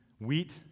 wheat